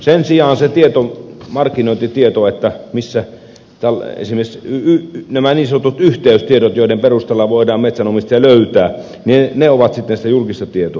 sen sijaan se markkinointitieto missä esimerkiksi ovat nämä niin sanotut yhteystiedot joiden perusteella voidaan metsänomistaja löytää on sitten sitä julkista tietoa